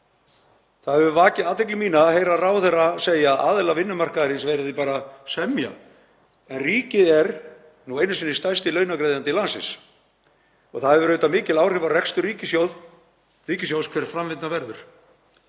Það hefur vakið athygli mína að heyra ráðherra segja að aðilar vinnumarkaðarins verði bara að semja, en ríkið er nú einu sinni stærsti launagreiðandi landsins og það hefur auðvitað mikil áhrif á rekstur ríkissjóðs hver framvindan verður.